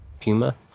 Puma